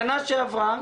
בשנה שעברה,